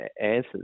answers